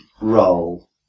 roll